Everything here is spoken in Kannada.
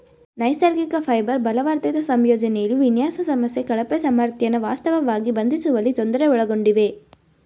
ನೈಸರ್ಗಿಕ ಫೈಬರ್ ಬಲವರ್ಧಿತ ಸಂಯೋಜನೆಲಿ ವಿನ್ಯಾಸ ಸಮಸ್ಯೆ ಕಳಪೆ ಸಾಮರ್ಥ್ಯನ ವಾಸ್ತವವಾಗಿ ಬಂಧಿಸುವಲ್ಲಿ ತೊಂದರೆ ಒಳಗೊಂಡಿವೆ